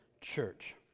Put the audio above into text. church